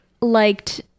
liked